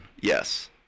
Yes